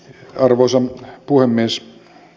arvoisa puhemies